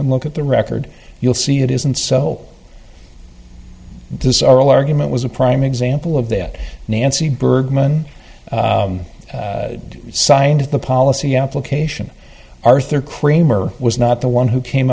and look at the record you'll see it isn't so this oral argument was a prime example of that nancy bergman signed the policy application arthur kramer was not the one who came